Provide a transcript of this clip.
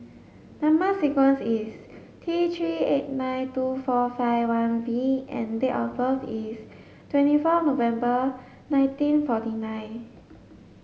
number sequence is T three eight nine two four five one V and date of birth is twenty four November nineteen forty nine